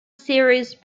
series